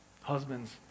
Husbands